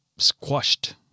squashed